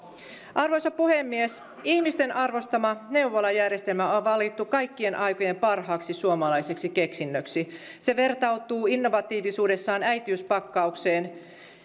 arvoisa puhemies ihmisten arvostama neuvolajärjestelmä on valittu kaikkien aikojen parhaaksi suomalaiseksi keksinnöksi se vertautuu innovatiivisuudessaan äitiyspakkaukseen